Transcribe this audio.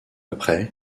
après